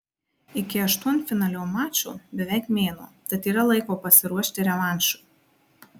iki aštuntfinalio mačo beveik mėnuo tad yra laiko pasiruošti revanšui